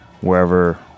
wherever